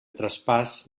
traspàs